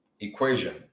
equation